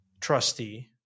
trustee